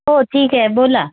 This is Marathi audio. हो ठीक आहे बोला